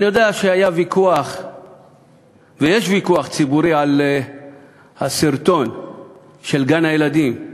אני יודע שהיה ויכוח ויש ויכוח ציבורי על הסרטון של גן-הילדים.